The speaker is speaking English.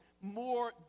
more